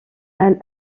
elle